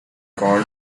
called